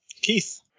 Keith